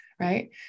Right